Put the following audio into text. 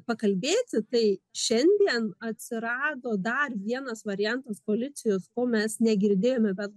pakalbėti tai šiandien atsirado dar vienas variantas koalicijos ko mes negirdėjome bet